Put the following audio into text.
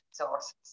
resources